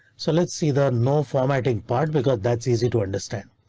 so let's see the no formatting part because that's easy to understand.